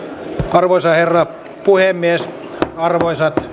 arvoisa herra puhemies arvoisat